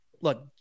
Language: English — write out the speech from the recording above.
look